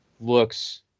looks